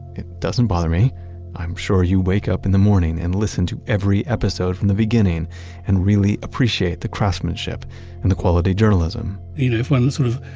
it's doesn't bother me i'm sure you wake up in the morning and listen to every episode from the beginning and really appreciate the craftmanship and quality journalism you know, if one sort of